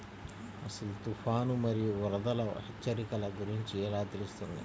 అసలు తుఫాను మరియు వరదల హెచ్చరికల గురించి ఎలా తెలుస్తుంది?